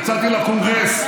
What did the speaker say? יצאתי לקונגרס,